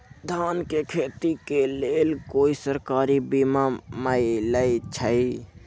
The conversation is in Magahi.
धान के खेती के लेल कोइ सरकारी बीमा मलैछई?